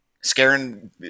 scaring